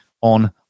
on